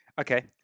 Okay